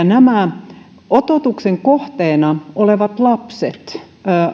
nämä ototuksen kohteena olevat lapset